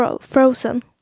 frozen